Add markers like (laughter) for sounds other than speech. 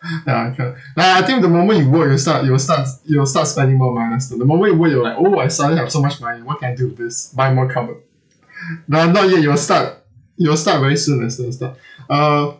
(laughs) ya correct like I think the moment you work you will start you will start you will start spending more money the moment you work you will like oh I suddenly have so much money what can I do with this buy more cupboard (laughs) no not yet you will start you will start very soon lester you'll start uh